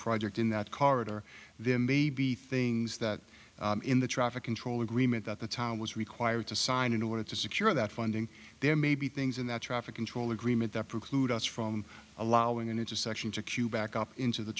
project in that corridor there may be things that in the traffic control agreement that the town was required to sign in order to secure that funding there may be things in that traffic control agreement that preclude us from allowing an intersection to queue back up into the